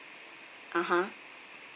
(uh huh)